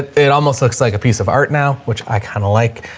it almost looks like a piece of art now, which i kind of like.